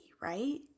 right